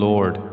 Lord